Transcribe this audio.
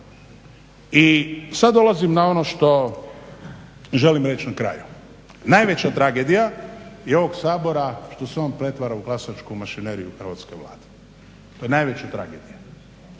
I sad dolazim na ono što želim reći na kraju. Najveća tragedija i ovog Sabora što se on pretvara u glasačku mašineriju hrvatske Vlade. To je najveća tragedija.